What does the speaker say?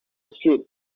asleep